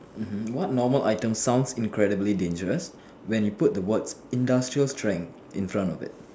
mm what normal item sounds incredibly dangerous when you put the words industrial strength in front of it